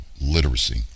literacy